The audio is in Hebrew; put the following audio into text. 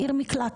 עיר מקלט.